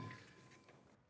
Merci